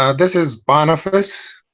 um this is bonefice